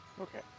Okay